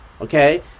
okay